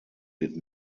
wird